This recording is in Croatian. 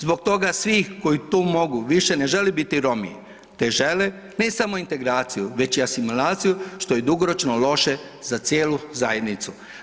Zbog toga svi koji to mogu više ne žele biti Romi te žele ne samo integraciju, već i asimilaciju što je dugoročno loše za cijelu zajednicu.